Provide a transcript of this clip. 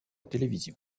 télévision